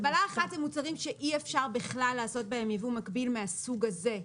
הגבלה אחת זה מוצרים שאי אפשר בכלל לעשות בהם יבוא מקביל מהסוג הזה,